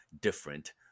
different